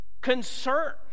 concern